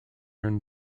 earned